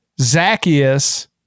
Zacchaeus